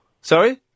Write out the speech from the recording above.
Sorry